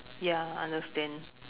ya understand